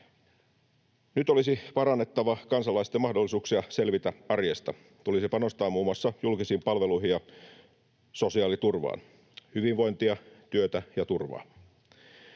Nyt olisi parannettava kansalaisten mahdollisuuksia selvitä arjesta. Tulisi panostaa muun muassa julkisiin palveluihin ja sosiaaliturvaan — hyvinvointia, työtä ja turvaa.